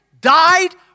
died